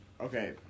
Okay